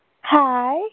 Hi